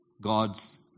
God's